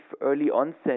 early-onset